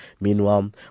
Meanwhile